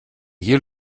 hier